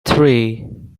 three